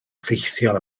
ffeithiol